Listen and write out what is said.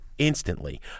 Instantly